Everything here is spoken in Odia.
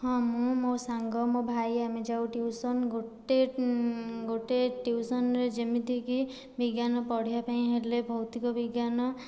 ହଁ ମୁଁ ମୋ ସାଙ୍ଗ ମୋ ଭାଇ ଆମେ ଯାଉ ଟିଉସନ ଗୋଟିଏ ଗୋଟିଏ ଟିଉସନରେ ଯେମିତି କି ବିଜ୍ଞାନ ପଢ଼ିବା ପାଇଁ ହେଲେ ଭୌତିକ ବିଜ୍ଞାନ